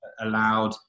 allowed